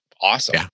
awesome